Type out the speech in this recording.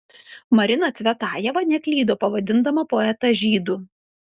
marina cvetajeva neklydo pavadindama poetą žydu